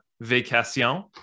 vacation